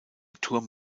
turm